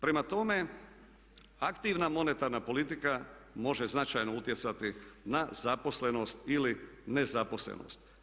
Prema tome aktivna monetarna politika može značajno utjecati na zaposlenost ili nezaposlenost.